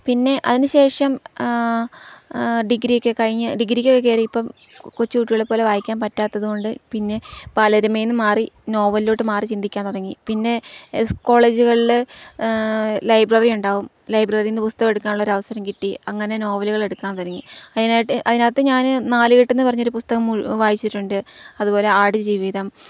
പിന്നെ അതിനു ശേഷം ആ ഡിഗ്രിയൊക്കെ കഴിഞ്ഞ് ഡിഗ്രിക്കൊക്കെ കയറിയപ്പോള് കൊച്ചു കുട്ടികളെപ്പോലെ വായിക്കാൻ പറ്റാത്തതുകൊണ്ടു പിന്നെ ബാലരമയില്നിന്നു മാറി നോവലിലോട്ടു മാറിച്ചിന്തിക്കാൻ തുടങ്ങി പിന്നെ കോളേജുകളില് ലൈബ്രറി ഇണ്ടാവും ലൈബ്രറിയില്നിന്നു പുസ്തകം എടുക്കാനുള്ളൊരവസരം കിട്ടി അങ്ങനെ നോവലുകൾ എടുക്കാൻ തുടങ്ങി അതിനായിട്ട് അതിതനകത്തു ഞാന് നാലുകെട്ടെന്നു പറഞ്ഞൊരു പുസ്തകം വായിച്ചിട്ടുണ്ട് അതുപോലെ ആടുജീവിതം